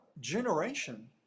generation